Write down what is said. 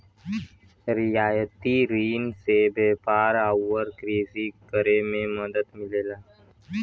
रियायती रिन से व्यापार आउर कृषि करे में मदद मिलला